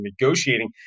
negotiating